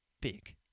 Big